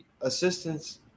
assistance